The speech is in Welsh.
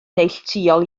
neilltuol